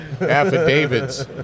affidavits